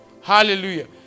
Hallelujah